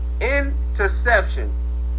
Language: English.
interception